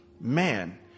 man